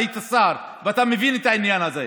והיית שר, ואתה מבין את העניין הזה.